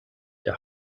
der